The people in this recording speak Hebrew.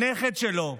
הנכד שלו,